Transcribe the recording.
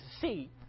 see